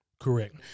Correct